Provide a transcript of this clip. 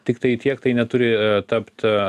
tiktai tiek tai neturi tapt